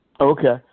Okay